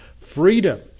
Freedom